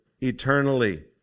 eternally